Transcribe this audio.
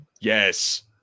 Yes